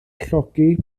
llogi